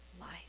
life